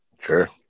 sure